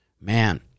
Man